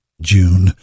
June